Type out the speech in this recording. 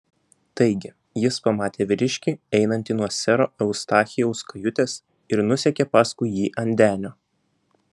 taigi jis pamatė vyriškį einantį nuo sero eustachijaus kajutės ir nusekė paskui jį ant denio